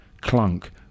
clunk